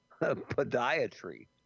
podiatry